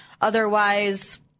Otherwise